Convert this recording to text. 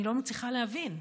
אני לא מצליחה להבין.